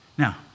Now